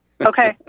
Okay